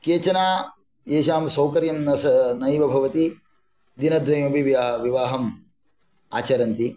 केचन एषां सौकर्यं न नैव भवति दिनद्वयमपि विवाहम् आचरन्ति